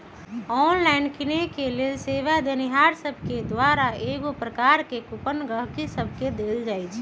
online किनेके लेल सेवा देनिहार सभके द्वारा कएगो प्रकार के कूपन गहकि सभके देल जाइ छइ